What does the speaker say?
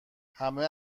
همه